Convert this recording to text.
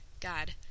God